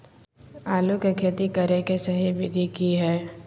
आलू के खेती करें के सही विधि की हय?